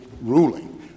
ruling